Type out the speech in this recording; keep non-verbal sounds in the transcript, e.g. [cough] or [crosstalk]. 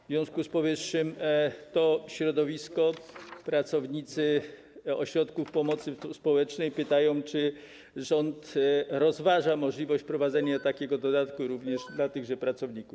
W związku z powyższym to środowisko - pracownicy ośrodków pomocy społecznej pytają, czy rząd rozważa możliwość [noise] wprowadzenia takiego dodatku również dla nich.